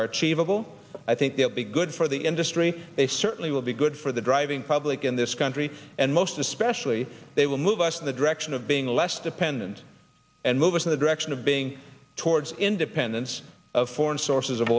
achievable i think they'll be good for the industry they certainly will be good for the driving public in this country and most especially they will move us in the direction of being less dependent and move in the direction of being towards independence of foreign sources of